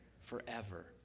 forever